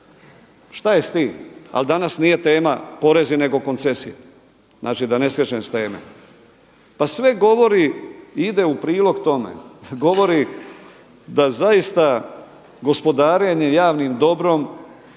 Šta je s time? Ali danas nije tema porezi nego koncesije, znači da ne skrećem s teme. Pa sve govori i ide u prilog tome, govori da zaista gospodarenje javnim dobrom